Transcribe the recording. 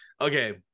Okay